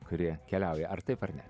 kurie keliauja ar taip ar ne